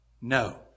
No